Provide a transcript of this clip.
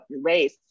race